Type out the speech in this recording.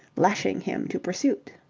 lashing him to pursuit.